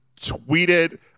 tweeted